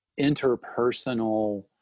interpersonal